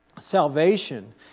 Salvation